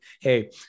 hey-